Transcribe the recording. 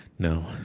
No